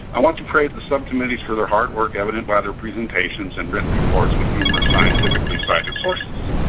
i want to praise the subcommittees for their hard work, evident by their presentations and written reports with numerous scientifically cited sources.